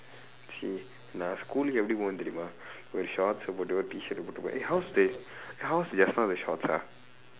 !chi! நான்:naan schoolukku எப்படி போவேன் தெரியுமா ஒரு:eppadi pooveen theriyumaa oru shortsae போட்டு ஒரு:pootdu oru t-shirtae போட்டு போவேன்:pootdu pooduveen eh how's the eh how's with shorts ah